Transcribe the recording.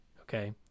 Okay